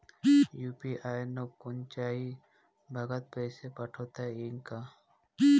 UPI न कोनच्याही भागात पैसे पाठवता येईन का?